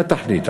אתה תחליט.